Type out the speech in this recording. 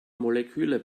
moleküle